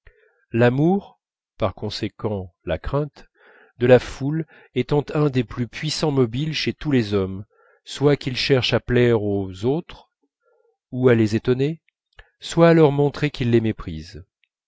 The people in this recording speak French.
l'amour par conséquent la crainte de la foule étant un des plus puissants mobiles chez tous les hommes soit qu'ils cherchent à plaire aux autres ou à les étonner soit à leur montrer qu'ils les méprisent